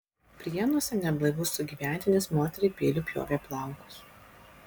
prienuose neblaivus sugyventinis moteriai peiliu pjovė plaukus